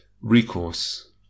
recourse